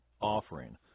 offering